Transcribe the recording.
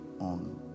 on